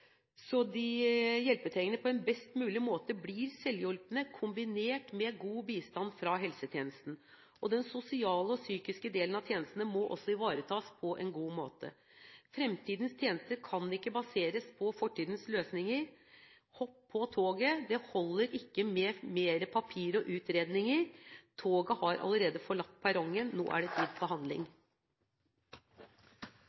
så viktig er at det vil endre hverdagen til alle dem som får mulighet til få en tryggere og mer selvstendig hverdag. Velferdstjenestene må utvikles slik at de hjelpetrengende på best mulig måte blir selvhjulpne, kombinert med god bistand fra helsetjenesten. Den sosiale og psykiske delen av tjenestene må ivaretas på en god måte. Fremtidens tjenester kan ikke baseres på fortidens løsninger. Hopp på toget, det holder ikke med